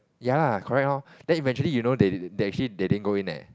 ya lah correct lor then eventually you know they they actually they didn't go in leh